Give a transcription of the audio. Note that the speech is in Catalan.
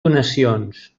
donacions